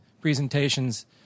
presentations